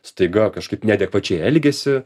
staiga kažkaip neadekvačiai elgiasi